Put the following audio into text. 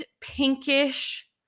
pinkish